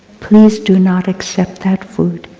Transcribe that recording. please, do not accept that food.